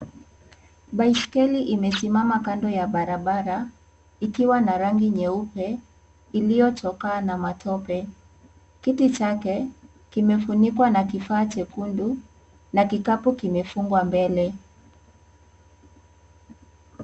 Baiskeli imesimama kando ya barabara ikiwa na rangi nyeupe iliyochokaa na matope. Kiti chake kimefunikwa na kifaa chekundu na kikapu kimemefungwa mbele.